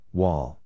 wall